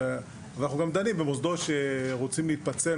ואנחנו גם דנים במוסדות שרוצים להתפצל,